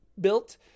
built